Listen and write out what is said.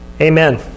Amen